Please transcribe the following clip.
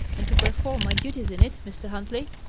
and to perform my duties in it, mr. huntley.